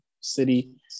City